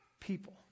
people